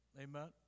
Amen